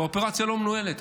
והאופרציה לא מנוהלת,